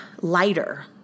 lighter